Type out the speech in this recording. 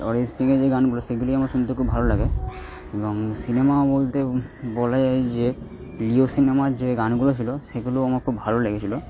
অরিজিৎ সিং এর যেই গানগুলো সেগুলি আমার শুনতে খুব ভালো লাগে এবং সিনেমা বলতে বলা যায় যে লিও সিনেমার যে গানগুলো ছিল সেগুলোও আমার খুব ভালো লেগেছিল